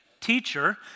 Teacher